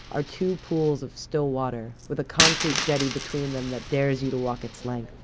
are two pools of still water with a concrete jetty between them that dares you to walk it's length.